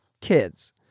kids